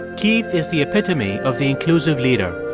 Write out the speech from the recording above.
keith is the epitome of the inclusive leader,